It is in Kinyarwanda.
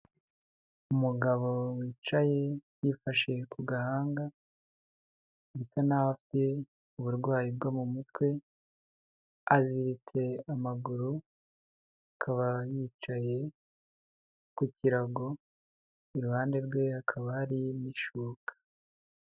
Umugabo wicaye yifashe ku gahanga bisa n'aho afite uburwayi bwo mu mutwe, aziritse amaguru akaba yicaye ku kirago, iruhande rwe hakaba hari n'ishuka.